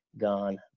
gone